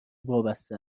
وابسته